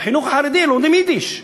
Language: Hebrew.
בחינוך החרדי לומדים יידיש בתלמודי-התורה,